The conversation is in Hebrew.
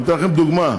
אני אתן לכם דוגמה.